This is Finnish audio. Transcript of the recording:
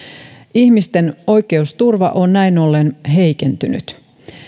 ihmisten oikeusturva on näin ollen heikentynyt